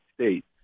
State